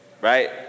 Right